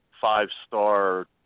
five-star